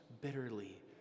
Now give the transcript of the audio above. bitterly